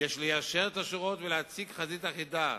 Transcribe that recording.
יש ליישר את השורות ולהציג חזית אחידה,